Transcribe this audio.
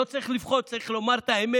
לא צריך לפחוד, צריך לומר את האמת.